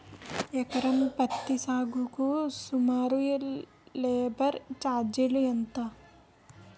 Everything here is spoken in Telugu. ఎకరం పత్తి సాగుకు సుమారు లేబర్ ఛార్జ్ ఎంత?